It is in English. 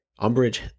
Umbridge